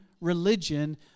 religion